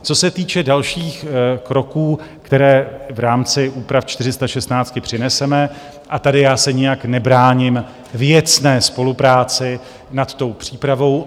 Co se týče dalších kroků, které v rámci úprav 416 přineseme tady já se nijak nebráním věcné spolupráci nad tou přípravou.